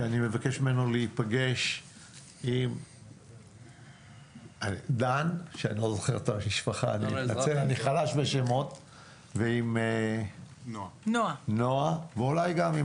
שאני מבקש ממנו להיפגש עם דן האזרחי ועם נועה ואולי גם עם